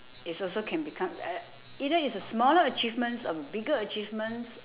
is also can become uh either is a smaller achievements or bigger achievements